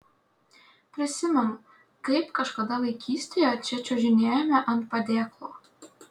prisimenu kaip kažkada vaikystėje čia čiuožinėjome ant padėklo